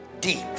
deep